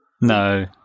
No